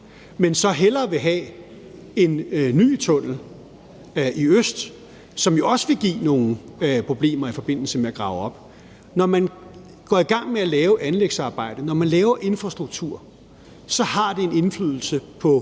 og så hellere vil have en ny tunnel i øst, som jo også vil give nogle problemer i forbindelse med at grave op. Når man går i gang med at lave anlægsarbejde, når man laver infrastruktur, har det en indflydelse på